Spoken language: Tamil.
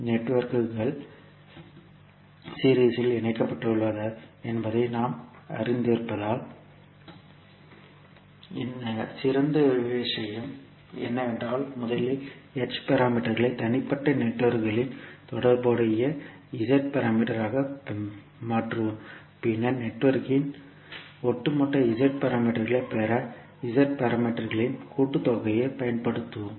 நெட்வொர்க்குகள் சீரிஸ் இல் இணைக்கப்பட்டுள்ளன என்பதை நாங்கள் அறிந்திருப்பதால் சிறந்த விஷயம் என்னவென்றால் முதலில் h பாராமீட்டர்களை தனிப்பட்ட நெட்வொர்க்குகளின் தொடர்புடைய z பாராமீட்டர் ஆக மாற்றுவோம் பின்னர் நெட்வொர்க்கின் ஒட்டுமொத்த z பாராமீட்டர்களை பெற z பாராமீட்டர்களின் கூட்டுத்தொகையைப் பயன்படுத்துவோம்